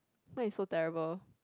mine is so terrible